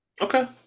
Okay